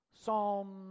Psalm